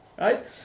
Right